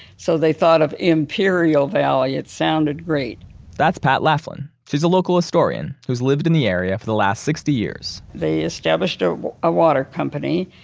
so, they thought of imperial valley, it sounded great that's pat laflin, she's a local historian who's lived in the area for the last sixty years they established ah a water company,